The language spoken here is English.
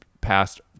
passed